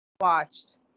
watched